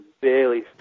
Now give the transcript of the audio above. barely